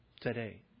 today